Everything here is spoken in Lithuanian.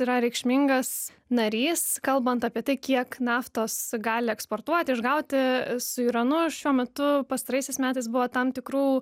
yra reikšmingas narys kalbant apie tai kiek naftos gali eksportuoti išgauti su iranu šiuo metu pastaraisiais metais buvo tam tikrų